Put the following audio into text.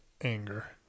anger